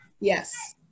Yes